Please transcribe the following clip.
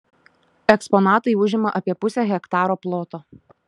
eksponatai užima apie pusę hektaro ploto